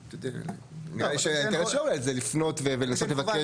נראה לי שהאינטרס זה לפנות ולנסות לבקש.